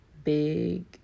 Big